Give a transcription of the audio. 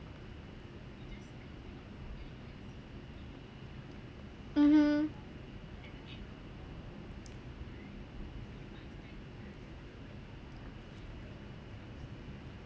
mmhmm